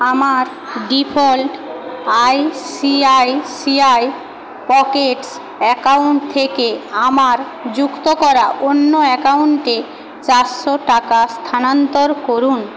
আমার default ICICI pockets account থেকে আমার যুক্ত করা অন্য অ্যাকাউন্টে চারশো টাকা স্থানান্তর করুন